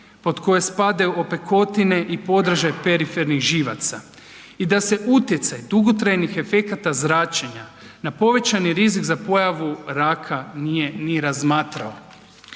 pod koje spadaju opekotine i podražaj perifernih živaca i da se utjecaj dugotrajnih efekata zračenja na povećani rizik za pojavu raka nije ni razmatrao.